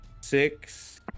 Six